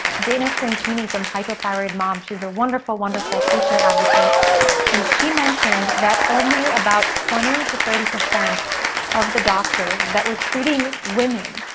dana trentini from hypothyroid mom, she's a wonderful, wonderful patient advocate and she mentioned that only about twenty to thirty percent of the doctors that were treating women,